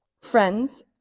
friends